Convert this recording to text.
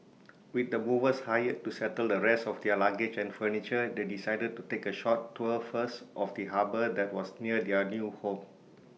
with the movers hired to settle the rest of their luggage and furniture they decided to take A short tour first of the harbour that was near their new home